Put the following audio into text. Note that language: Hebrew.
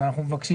אנחנו מבקשים.